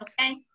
Okay